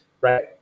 right